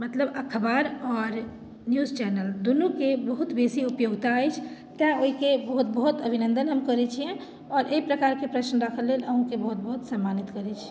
मतलब अखबार आओर न्यूज चैनल दुनूके बहुत बेसी उपयोगिता अछि तैंँ ओहिके बहुत बहुत अभिनन्दन हम करैत छिअनि आओर एहि प्रकारके प्रश्न राखऽ लेल अहुँके बहुत बहुत सम्मानित करैत छी